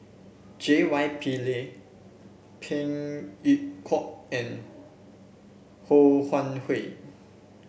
J Y Pillay Phey Yew Kok and Ho Wan Hui